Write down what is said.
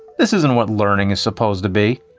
this isn't what learning is supposed to be.